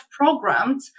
programmed